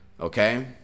okay